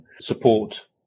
support